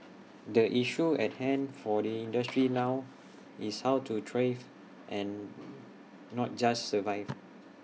the issue at hand for the industry now is how to thrive and not just survive